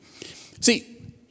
See